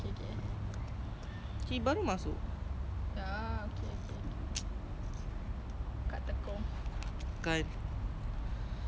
you want this five